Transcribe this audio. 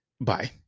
bye